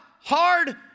hard